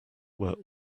were